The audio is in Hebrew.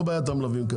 לא בבעיית המלווים.